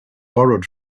borrowed